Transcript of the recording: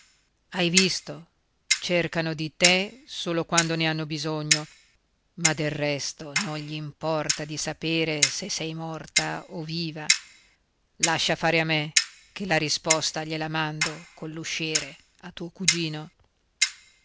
hai visto cercano di te solo quando ne hanno bisogno ma del resto non gli importa di sapere se sei morta o viva lascia fare a me che la risposta gliela mando coll'usciere a tuo cugino